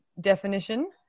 definition